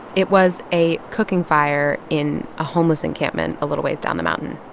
it was a cooking fire in a homeless encampment a little ways down the mountain.